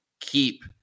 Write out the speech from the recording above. keep